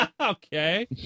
Okay